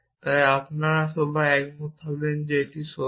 তাই আপনারা সবাই একমত হবেন যে এটি সত্য